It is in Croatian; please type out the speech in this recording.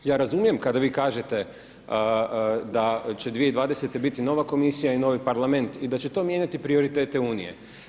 Ja razumijem kada vi kažete da će 2020. biti nova Komisija i novi Parlament i da će to mijenjati prioritete Unije.